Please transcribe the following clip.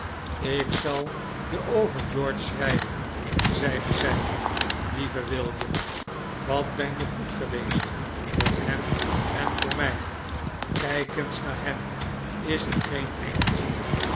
ik zal je over george schrijven zeide zij lieve william wat ben je goed geweest voor hem en voor mij kijk eens naar hem is het geen engeltje